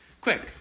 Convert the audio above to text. quick